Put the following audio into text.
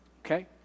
Okay